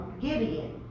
Gideon